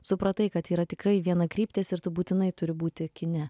supratai kad yra tikrai vienakryptis ir tu būtinai turi būti kine